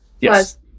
yes